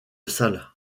salles